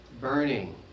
Burning